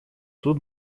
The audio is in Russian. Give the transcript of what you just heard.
тут